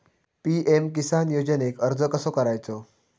PM Kisan योजनेक अर्ज कसो करायचो?